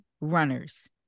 runners